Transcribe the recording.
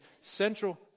central